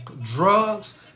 drugs